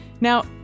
Now